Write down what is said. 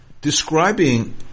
describing